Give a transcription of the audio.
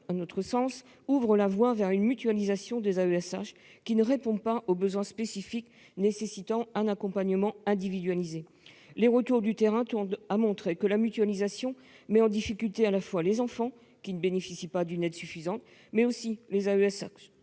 à notre sens, ouvrent la voie d'une mutualisation des AESH qui ne répond pas aux besoins spécifiques d'un accompagnement individualisé. Les retours d'expérience du terrain tendent à montrer que la mutualisation met en difficulté à la fois les enfants, qui ne bénéficient pas d'une aide suffisante, et les AESH,